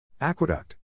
Aqueduct